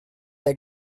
der